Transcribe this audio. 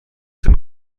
ten